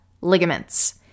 ligaments